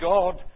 God